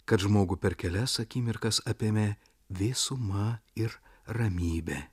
kad žmogų per kelias akimirkas apėmė vėsuma ir ramybė